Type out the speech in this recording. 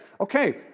okay